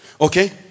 Okay